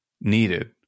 needed